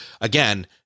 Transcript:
again